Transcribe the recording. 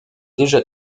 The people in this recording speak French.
déjà